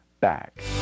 back